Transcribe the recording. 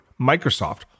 Microsoft